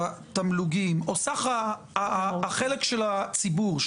החלק של הציבור,